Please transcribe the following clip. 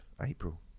April